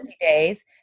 days